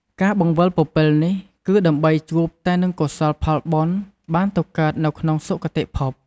ការបង្វិលពពិលនេះគឺដើម្បីជួបតែនឹងកុសលផលបុណ្យបានទៅកើតនៅក្នុងសុគតិភព។